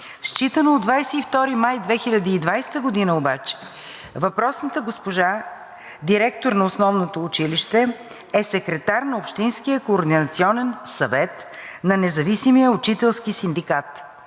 Считано от 22 май 2020 г. обаче въпросната госпожа – директор на основното училище, е секретар на Общинския координационен съвет на независимия учителски синдикат.